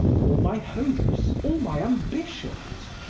all my hopes, all my ambitions,